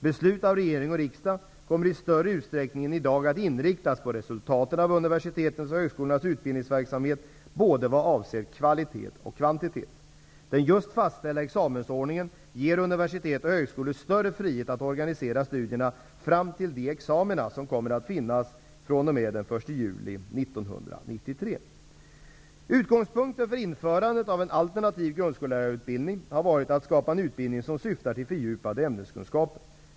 Beslut av regering och riksdag kommer i större utsträckning än i dag att inriktas på resultaten av universitetens och högskolornas utbildningsverksamhet både vad avser kvalitet och kvantitet. Den just fastställda examensordningen ger universitet och högskolor större frihet att organisera studierna fram till de examina som kommer att finnas fr.o.m. den 1 juli 1993. Utgångspunkten för införandet av en alternativ grundskollärarutbildning har varit att skapa en utbildning som syftar till fördjupade ämneskunskaper.